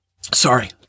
Sorry